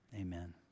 amen